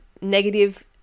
negative